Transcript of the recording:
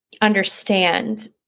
understand